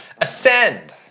Ascend